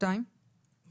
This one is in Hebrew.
רק